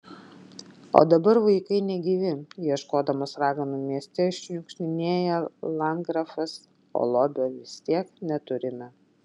o dabar vaikai negyvi ieškodamas raganų mieste šniukštinėja landgrafas o lobio vis tiek neturime